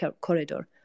corridor